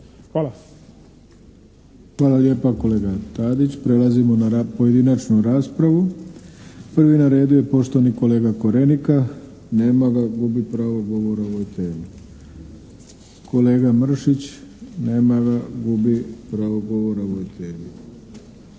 (SDP)** Hvala lijepa kolega Tadić. Prelazimo na pojedinačnu raspravu. Prvi na redu je poštovani kolega Korenika. Nema ga. Gubi pravo govora o ovoj temi. Kolega Mršić? Nema ga. Gubi pravo govora o ovoj temi.